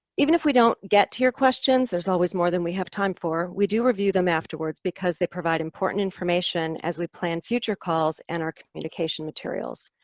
even if we don't get to your questions there's always more that we have time for we do review them afterwards because they provide important information as we plan future calls and our communication materials.